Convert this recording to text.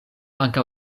ankaŭ